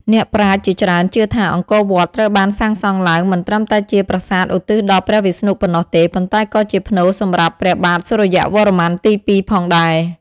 អ្នកប្រាជ្ញជាច្រើនជឿថា អង្គរវត្ត ត្រូវបានសាងសង់ឡើងមិនត្រឹមតែជាប្រាសាទឧទ្ទិសដល់ព្រះវិស្ណុប៉ុណ្ណោះទេ ប៉ុន្តែក៏ជាផ្នូរសម្រាប់ព្រះបាទសូរ្យវរ្ម័នទី២ផងដែរ។